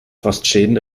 frostschäden